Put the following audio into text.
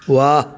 वाह